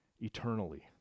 eternally